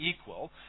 equal